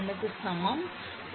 1 க்கு சமம் 0